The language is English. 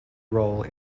role